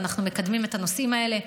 ואנחנו מקדמים את הנושאים האלה,